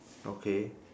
okay